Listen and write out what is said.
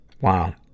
Wow